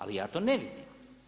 Ali ja to ne vidim.